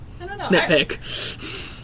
nitpick